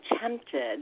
tempted